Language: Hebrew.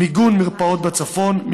מיגון מרפאות בצפון,